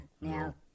now